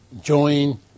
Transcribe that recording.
join